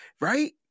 Right